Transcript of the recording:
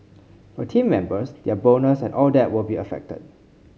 for team members their bonus and all that will be affected